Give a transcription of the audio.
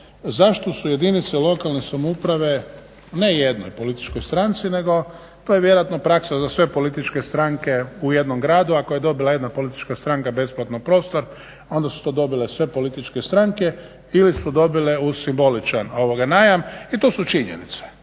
zašto su jedinice lokalne samouprave ne jednoj političkoj stranci, nego to je vjerojatno praksa za sve političke stranke u jednom gradu. Ako je dobila jedna politička stranka besplatno prostor onda su to dobile sve političke stranke ili su dobile uz simboličan najam. I to su činjenice.